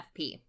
Fp